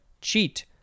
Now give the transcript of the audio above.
cheat